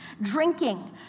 drinking